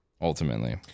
Ultimately